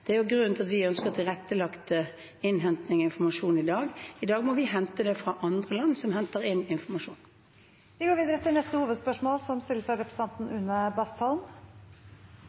Det er grunnen til at vi ønsker tilrettelagt innhenting av informasjon i dag. I dag må vi hente det fra andre land som henter inn informasjon. Vi går videre til neste hovedspørsmål. Regjeringen skal i løpet av